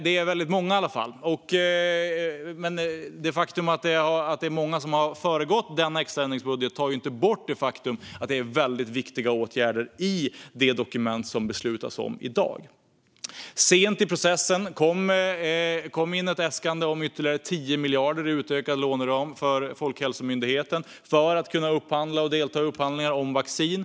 Det är i alla fall väldigt många. Att det är många som har föregått dagens extra ändringsbudget tar inte bort det faktum att det finns väldigt viktiga åtgärder i det dokument som vi kommer att fatta beslut om i dag. Sent i processen kom ett äskande från Folkhälsomyndigheten om ytterligare 10 miljarder i utökad låneram för att man ska kunna delta i upphandlingar av vaccin.